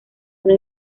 una